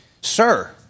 Sir